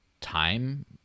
time